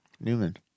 Newman